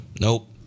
Nope